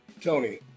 Tony